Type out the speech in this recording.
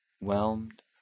whelmed